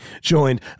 joined